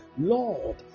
Lord